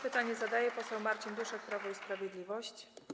Pytanie zadaje poseł Marcin Duszek, Prawo i Sprawiedliwość.